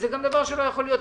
זה גם דבר שלא יכול להיות.